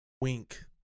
Wink